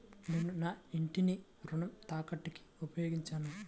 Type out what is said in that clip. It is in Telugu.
నేను నా ఇంటిని రుణ తాకట్టుకి ఉపయోగించాను